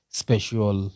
special